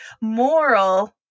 moral